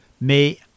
mais